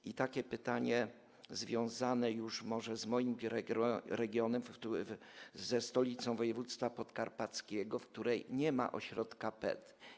I takie pytanie związane już może z moim regionem, ze stolicą województwa podkarpackiego, w której nie ma ośrodka PET.